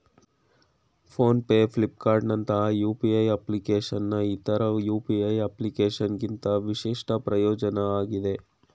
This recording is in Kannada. ಫೋನ್ ಪೇ ಫ್ಲಿಪ್ಕಾರ್ಟ್ನಂತ ಯು.ಪಿ.ಐ ಅಪ್ಲಿಕೇಶನ್ನ್ ಇತರ ಯು.ಪಿ.ಐ ಅಪ್ಲಿಕೇಶನ್ಗಿಂತ ವಿಶಿಷ್ಟ ಪ್ರಯೋಜ್ನ ಆಗಿದೆ